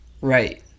right